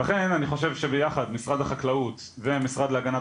ולכן אני חושב שביחד משרד החקלאות והמשרד להגנת